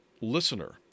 listener